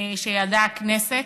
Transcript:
שידעה הכנסת,